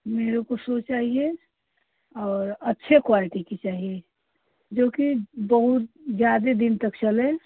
मेरे को शू चाहिए और अच्छे क्वालिटी की चाहिए जो कि बहुत ज्यादे दिन तक चले